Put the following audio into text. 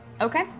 Okay